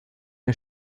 der